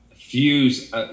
fuse